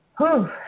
Whew